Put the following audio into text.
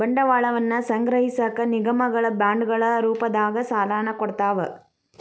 ಬಂಡವಾಳವನ್ನ ಸಂಗ್ರಹಿಸಕ ನಿಗಮಗಳ ಬಾಂಡ್ಗಳ ರೂಪದಾಗ ಸಾಲನ ಕೊಡ್ತಾವ